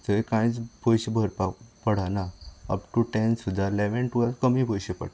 थंय कांयच पयशे भरपाक पडना अपटू टेंन्त सुद्दां इलेवेंन्त टुवेल्त कमी पयशे पडटा